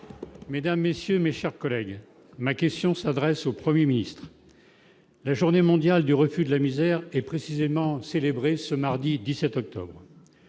mesdames, messieurs, mes chers collègues, ma question s'adresse au 1er ministre la journée mondiale du refus de la misère et précisément célébrée ce mardi 17 octobre